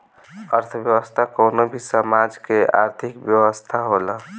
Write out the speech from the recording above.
अर्थव्यवस्था कवनो भी समाज के आर्थिक व्यवस्था होला